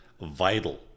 vital